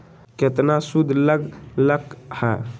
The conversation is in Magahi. केतना सूद लग लक ह?